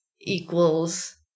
equals